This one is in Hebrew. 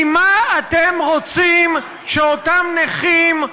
ממה אתם רוצים שאותם נכים,